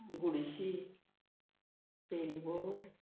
गुडशी ferryboat